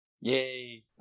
Yay